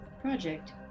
project